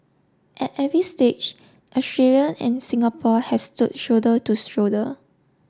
at every stage Australia and Singapore have stood shoulder to shoulder